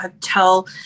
tell